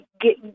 get